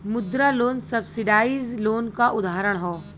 मुद्रा loan subsidise loan क उदाहरण हौ